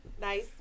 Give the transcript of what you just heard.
Nice